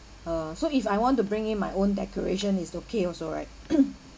uh so if I want to bring in my own decoration it's okay also right